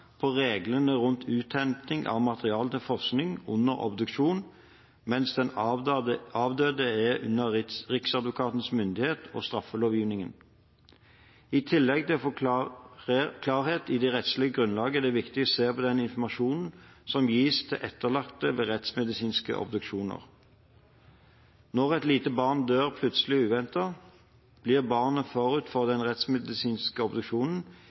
på reglene for uthenting av materiale til forskning under obduksjon mens den avdøde er under Riksadvokatens myndighet og straffelovgivningen. I tillegg til å få klarhet i det rettslige grunnlaget, er det viktig å se på den informasjonen som gis til etterlatte ved rettsmedisinske obduksjoner. Når et lite barn dør plutselig og uventet, blir barnet forut for den rettsmedisinske obduksjonen